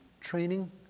training